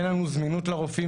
אין לנו זמינות לרופאים,